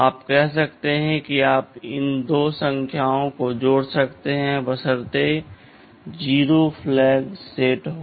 आप कह सकते हैं कि आप इन 2 संख्याओं को जोड़ सकते हैं बशर्ते कि 0 फ्लैग सेट हो